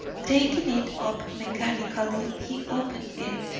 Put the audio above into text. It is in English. taking it up mechanically, he opened it.